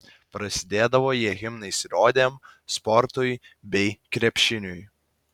prasidėdavo jie himnais ir odėm sportui bei krepšiniui